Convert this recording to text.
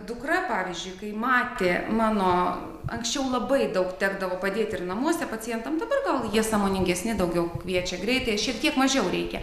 dukra pavyzdžiui kai matė mano anksčiau labai daug tekdavo padėti ir namuose pacientam dabar gal jie sąmoningesni daugiau kviečia greitąją šiek tiek mažiau reikia